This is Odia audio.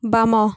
ବାମ